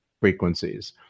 frequencies